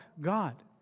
God